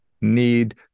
need